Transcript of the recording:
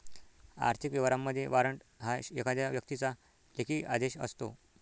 आर्थिक व्यवहारांमध्ये, वॉरंट हा एखाद्या व्यक्तीचा लेखी आदेश असतो